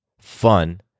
fun